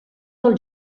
del